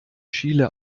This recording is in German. chile